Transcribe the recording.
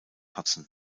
hudson